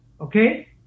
okay